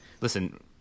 Listen